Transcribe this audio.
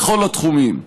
בכל התחומים.